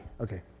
Okay